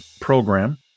program